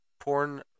porn